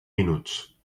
minuts